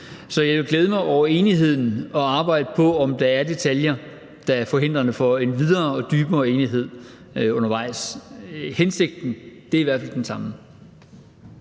Så jeg vil glæde mig over enigheden og arbejde på, om der er detaljer, der er forhindrende for en videre og dybere enighed undervejs. Hensigten er i hvert fald den samme.